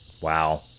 Wow